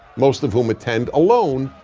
most of whom attend alone,